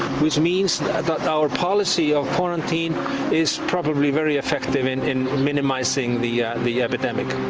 which means that our policy of quarantine is probably very effective in in minimizing the the epidemic.